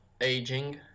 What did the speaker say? aging